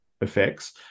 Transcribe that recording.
effects